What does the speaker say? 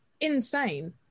insane